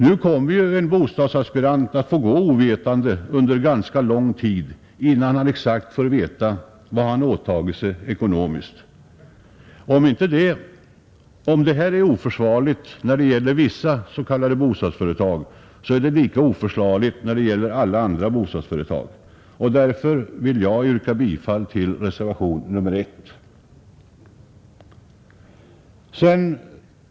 Nu kommer ju en bostadsaspirant att få gå ovetande under ganska lång tid innan han exakt får veta vad han åtagit sig ekonomiskt. Om det är oförsvarligt när det gäller vissa s, k. bostadsföretag, är det oförsvarligt när det gäller alla bostadsföretag. Därför vill jag yrka bifall till reservationen 1.